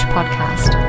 Podcast